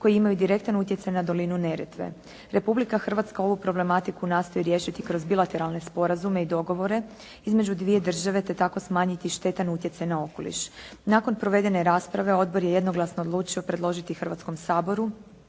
koji imaju direktan utjecaj na dolinu Neretve. Republika Hrvatska ovu problematiku nastoji riješiti kroz bilateralne sporazume i dogovore između dvije države, te tako smanjiti štetan utjecaj na okoliš. Nakon provedene rasprave odbor je jednoglasno odlučio predložiti Hrvatskom saboru